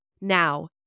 Now